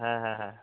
ಹಾಂ ಹಾಂ ಹಾಂ